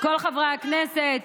כל חברי הכנסת,